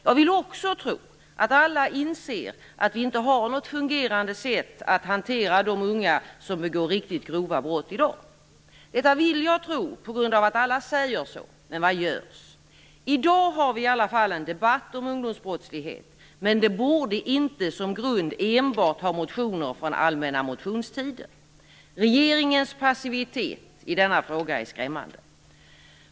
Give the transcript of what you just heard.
Jag vill också tro att alla inser att vi inte har något fungerande sätt att hantera de unga som begår riktigt grova brott i dag. Detta vill jag tro på grund av att alla säger så. Men vad görs? I dag för vi i alla fall en debatt om ungdomsbrottslighet. Men den borde inte som grund enbart ha motioner från allmänna motionstiden. Regeringens passivitet i denna fråga är skrämmande.